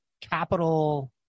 capital